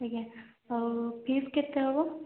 ଆଜ୍ଞା ଆଉ ଫିସ୍ କେତେ ହେବ